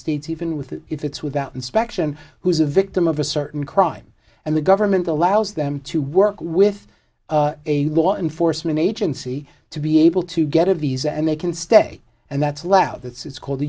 states even with that if it's without inspection who is a victim of a certain crime and the government allows them to work with a law enforcement agency to be able to get of these and they can stay and that's left out it's called